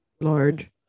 large